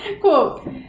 quote